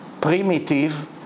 primitive